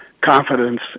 confidence